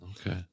Okay